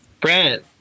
Brent